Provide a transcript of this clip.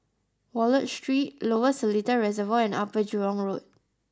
Wallich Street Lower Seletar Reservoir and Upper Jurong Road